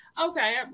Okay